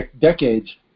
decades